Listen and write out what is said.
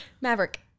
Maverick